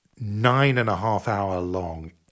nine-and-a-half-hour-long